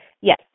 yes